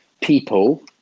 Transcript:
people